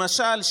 למשל,